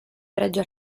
pregio